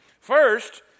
First